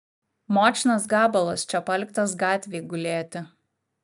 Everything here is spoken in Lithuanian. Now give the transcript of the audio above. močnas gabalas čia paliktas gatvėj gulėti